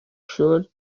siŵr